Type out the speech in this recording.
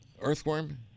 earthworm